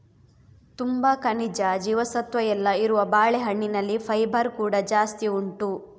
ತುಂಬಾ ಖನಿಜ, ಜೀವಸತ್ವ ಎಲ್ಲ ಇರುವ ಬಾಳೆಹಣ್ಣಿನಲ್ಲಿ ಫೈಬರ್ ಕೂಡಾ ಜಾಸ್ತಿ ಉಂಟು